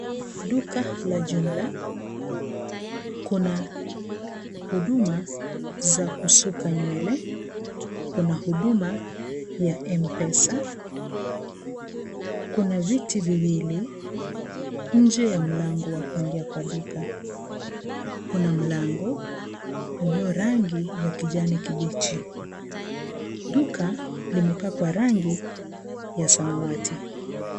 Duka la jumla, kuna huduma za kusuka nywele, kuna huduma ya M-pesa, kuna viti viwili nje ya mlango wa kuingia kwa duka, Kuna mlango ulio rangi ya kijani kibichi, duka limepakwa rangi ya samawati.